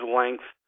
length